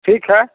ठीक है